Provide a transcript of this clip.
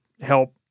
help